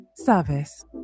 Service